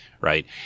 right